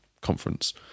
conference